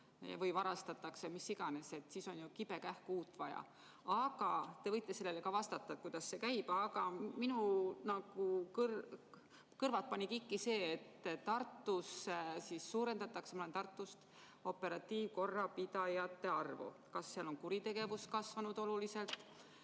see varastatakse, mis iganes, siis on kibekähku uut vaja. Te võite sellele ka vastata, kuidas see käib. Aga minu kõrvad ajas kikki see, et Tartus suurendatakse – ma olen Tartust – operatiivkorrapidajate arvu. Kas seal on kuritegevus oluliselt